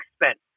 expense